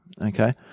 okay